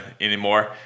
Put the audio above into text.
anymore